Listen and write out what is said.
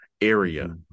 area